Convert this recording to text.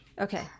Okay